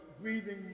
breathing